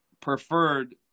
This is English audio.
preferred